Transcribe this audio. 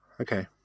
Okay